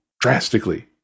drastically